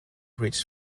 reached